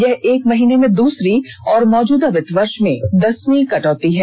यह एक महीने में दूसरी और मौजूदा वित्त वर्ष में दसवीं कटौती है